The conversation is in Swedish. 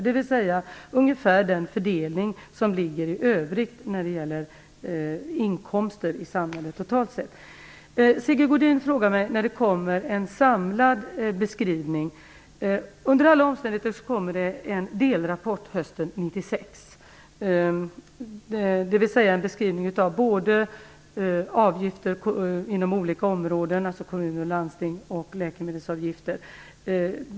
Det är alltså ungefär samma fördelning som när det gäller inkomster i samhället i övrigt. Sigge Godin frågar när det kommer en samlad beskrivning. Under alla omständigheter kommer det en delrapport hösten 1996, dvs. en beskrivning av avgifter inom olika områden, t.ex. kommuner och landsting samt läkemedelsavgifter.